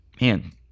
man